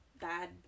bad